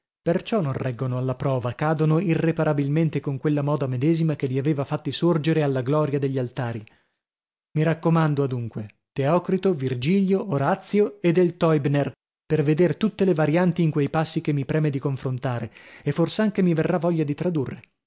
perciò non reggono alla prova cadono irreparabilmente con quella moda medesima che li aveva fatti sorgere alla gloria degli altari mi raccomando adunque teocrito virgilio orazio e del teubner per veder tutte le varianti in quei passi che mi preme di confrontare e fors'anche mi verrà voglia di tradurre